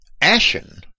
ashen